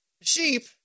sheep